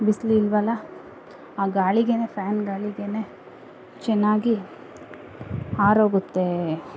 ಬಿಸಿಲಿಲ್ವಲ್ಲ ಆ ಗಾಳಿಗೆಯೇ ಫ್ಯಾನ್ ಗಾಳಿಗೆಯೇ ಚೆನ್ನಾಗಿ ಆರೋಗುತ್ತೆ